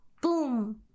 Boom